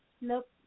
Nope